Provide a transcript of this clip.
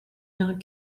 not